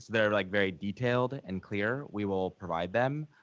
they're like very detailed and clear, we will provide them.